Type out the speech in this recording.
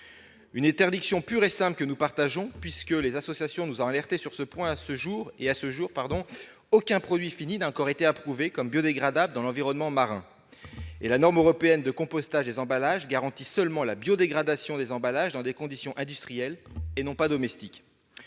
une interdiction pure et simple que nous soutenons. En effet, les associations nous ont alertés sur le fait que, à ce jour, aucun produit fini n'a encore été approuvé comme biodégradable dans l'environnement marin. En outre, la norme européenne de compostage des emballages garantit seulement la biodégradation des emballages dans des conditions industrielles, et non domestiques.